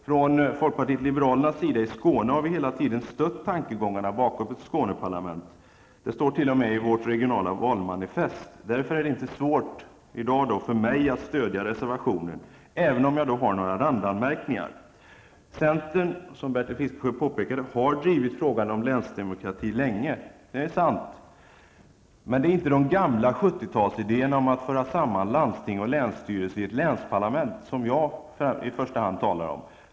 Från folkpartiet liberalerna i Skåne har vi hela tiden stött tankegångarna bakom ett skåneparlament. Det står t.o.m. i vårt regionala valmanifest. Därför är det inte svårt för mig i dag att stödja reservationen, även om jag har några randanmärkningar. Bertil Fiskesjö påpekade att centern länge har drivit frågan om länsdemokrati. Det är sant. Men det är inte de gamla 70-talsidéerna om att föra samman landsting och länsstyrelse i ett länsparlament som jag i första hand talar om.